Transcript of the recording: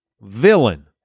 villain